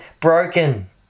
broken